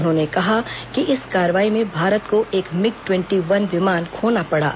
उन्होंने कहा कि इस कार्रवाई में भारत को एक मिग ट्वेंटी वन विमान खोना पड़ा